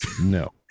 no